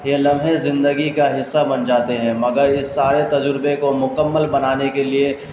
یہ لمحے زندگی کا حصہ بن جاتے ہیں مگر اس سارے تجربے کو مکمل بنانے کے لیے